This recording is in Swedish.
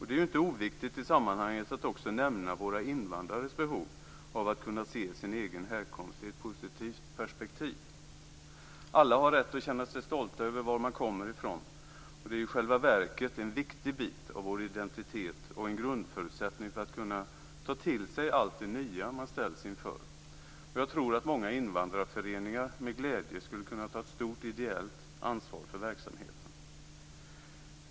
Det är inte oviktigt i sammanhanget att också nämna våra invandrares behov av att kunna se sin egen härkomst i ett positivt perspektiv. Alla har vi rätt att känna oss stolta över var vi kommer ifrån. Det är i själva verket en viktig bit av vår identitet. Det är också en grundförutsättning för att kunna ta till sig allt det nya som man ställs inför. Jag tror att många invandrarföreningar med glädje skulle kunna ta ett stort ideellt ansvar för verksamheten.